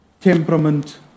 temperament